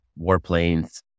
warplanes